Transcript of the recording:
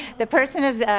the person is,